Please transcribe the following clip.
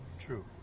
True